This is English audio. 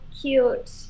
cute